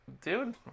dude